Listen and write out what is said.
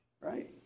right